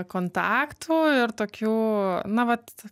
kontaktų ir tokių na vat